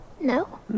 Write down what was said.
No